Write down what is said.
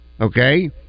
okay